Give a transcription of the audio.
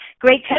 great